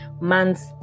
months